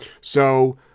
So-